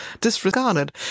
disregarded